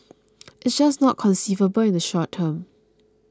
it is just not conceivable in the short term